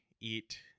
eat